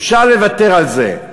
אפשר לוותר על זה.